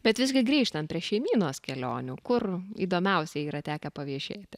bet visgi grįžtant prie šeimynos kelionių kur įdomiausia yra tekę paviešėti